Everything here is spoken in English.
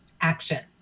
action